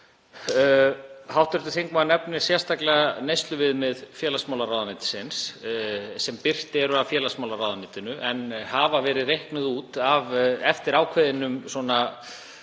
Hv. þingmaður nefnir sérstaklega neysluviðmið félagsmálaráðuneytisins sem birt eru af félagsmálaráðuneytinu en hafa verið reiknuð út eftir ákveðnum